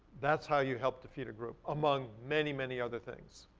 that's how you help defeat a group, among many, many other things,